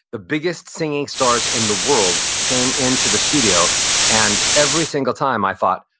the biggest singing stars in the world came into the studio and every single time, i thought,